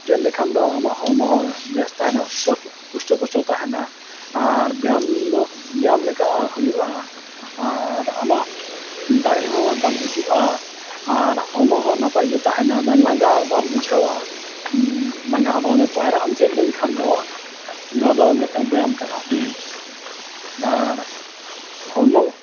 ᱪᱮᱫ ᱞᱮᱠᱷᱟᱱ ᱫᱚ ᱟᱢᱟᱜ ᱦᱚᱲᱢᱚ ᱦᱚᱸ ᱵᱮᱥ ᱛᱟᱦᱮᱱᱟ ᱦᱩᱥᱴᱚ ᱯᱩᱥᱴᱚ ᱛᱟᱦᱮᱱᱟ ᱟᱨ ᱵᱮᱭᱟᱢ ᱵᱮᱭᱟᱢ ᱞᱮᱠᱟ ᱦᱩᱭᱩᱜᱼᱟ ᱟᱨ ᱟᱢᱟᱜ ᱫᱟᱲᱮ ᱦᱚᱸ ᱫᱟᱢ ᱦᱤᱡᱩᱜᱼᱟ ᱟᱨ ᱦᱚᱲᱢᱚ ᱦᱚᱸ ᱱᱟᱯᱟᱭ ᱜᱮ ᱛᱟᱦᱮᱱᱟ ᱞᱟᱸᱜᱟ ᱵᱟᱢ ᱵᱩᱡᱷᱟᱹᱣᱟ ᱞᱟᱸᱜᱟ ᱦᱚᱸ ᱵᱟᱢ ᱯᱟᱭᱨᱟᱜ ᱮᱢ ᱪᱮᱫ ᱞᱮᱱ ᱠᱷᱟᱱ ᱫᱚ ᱱᱚᱣᱟ ᱫᱚ ᱢᱤᱫᱴᱟᱝ ᱵᱮᱭᱟᱢ ᱠᱟᱱᱟ ᱟᱨ ᱦᱚᱲᱢᱚ